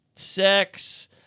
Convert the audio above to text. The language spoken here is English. sex